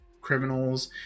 criminals